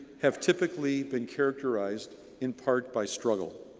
have typically been characterized in part by struggle.